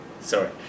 Sorry